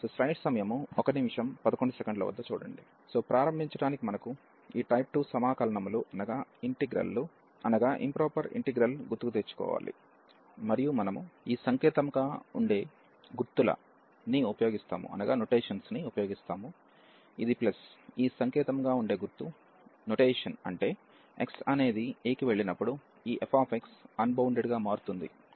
ప్రారంభించడానికి మనకు ఈ టైప్ 2 ఇంటిగ్రల్ లు అనగా ఇంప్రాపర్ ఇంటిగ్రల్ గుర్తుకు తెచ్చుకోవాలి మరియు మనము ఈ సంకేతముగా వుండే గుర్తుల ని ఉపయోగిస్తాము ఇది ప్లస్ ఈ సంకేతముగా వుండే గుర్తు అంటే x అనేది a కి వెళ్ళినప్పుడు ఈ f అన్బౌండెడ్ గా మారుతుంది